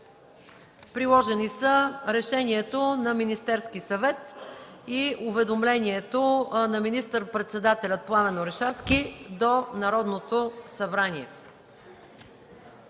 Приложени са Решението на Министерския съвет и уведомлението на министър-председателя Пламен Орешарски до Народното събрание.